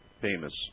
famous